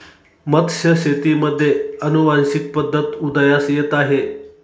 मत्स्यशेतीमध्ये अनुवांशिक पद्धत उदयास येत आहे